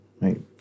right